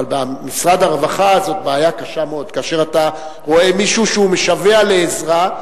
אבל במשרד הרווחה זו בעיה קשה מאוד כאשר אתה רואה מישהו שמשווע לעזרה,